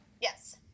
yes